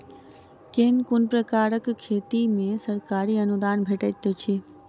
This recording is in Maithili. केँ कुन प्रकारक खेती मे सरकारी अनुदान भेटैत अछि?